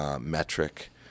Metric